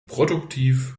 produktiv